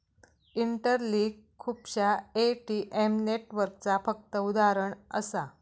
interlink खुपश्या ATM नेटवर्कचा फक्त उदाहरण असा